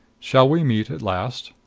shall we meet at last?